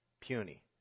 puny